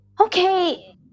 Okay